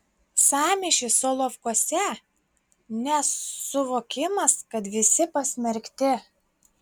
sąmyšis solovkuose nesuvokimas kad visi pasmerkti